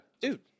Dude